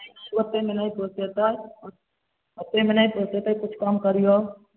ओतेकमे नहि पोसेतै ओतेकमे नहि पोसेतै किछु कम करियौ